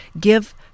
give